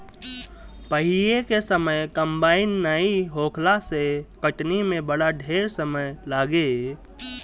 पहिले के समय कंबाइन नाइ होखला से कटनी में बड़ा ढेर समय लागे